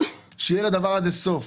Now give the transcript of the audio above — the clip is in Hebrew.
שיהיה לדבר הזה סוף.